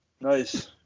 Nice